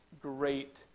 great